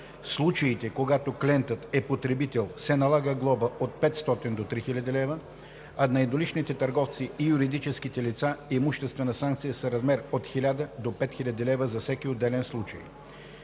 случаите, когато клиентът е потребител, се налага глоба от 500 до 3000 лв., а на едноличните търговци и юридическите лица – имуществена санкция в размер от 1000 до 5000 лв. за всеки отделен случай.